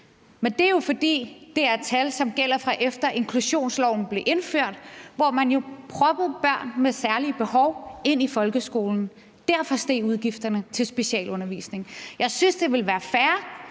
men det er jo, fordi det er tal, som gælder, fra efter inklusionsloven blev indført, hvor man jo proppede børn med særlige behov ind i folkeskolen. Derfor steg udgifterne til specialundervisning. Jeg synes, det ville være fair